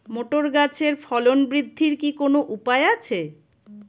Motor গাছের ফলন বৃদ্ধির কি কোনো উপায় আছে?